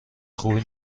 خوبی